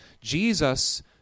jesus